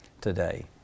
today